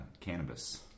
Cannabis